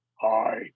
Hi